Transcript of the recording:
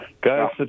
Guys